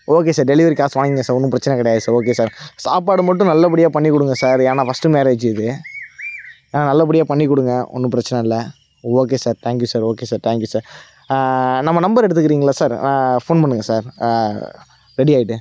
okay sir delivery காசு வாங்கிக்கோங்க sir ஒன்றும் பிரச்சினை கிடையாது சார் ஓகே சார் சாப்பாடு மட்டும் நல்லபடியாக பண்ணிக் கொடுங்க சார் ஏனால் ஃபஸ்ட்டு மேரேஜ் இது ஆ நல்லபடியாக பண்ணிக் கொடுங்க ஒன்றும் பிரச்சினை இல்லை okay sir thank you sir okay sir thank you sir நம்ம நம்பர் எடுத்துக்குறீங்களா சார் ஃபோன் பண்ணுங்க சார் ரெடி ஆயிட்டுது